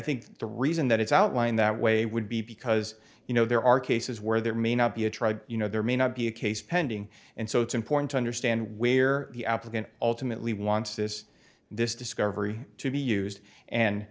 think the reason that it's outlined that way would be because you know there are cases where there may not be a tribe you know there may not be a case pending and so it's important to understand where the applicant ultimately wants this this discovery to be used and